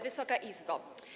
Wysoka Izbo!